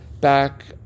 back